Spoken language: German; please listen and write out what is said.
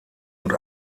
und